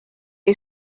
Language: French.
est